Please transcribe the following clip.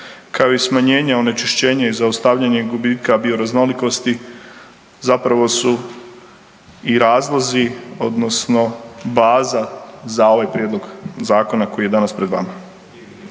kao i smanjenje onečišćenja i zaustavljanje gubitka bioraznolikosti zapravo su i razlozi odnosno baza za ovaj prijedlog zakona koji je danas pred vama.